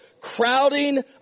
crowding